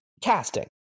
casting